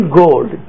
gold